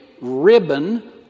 ribbon